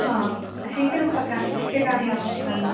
हा अशीतिरूपकाणि रूप्यकाणि आवश्यकानि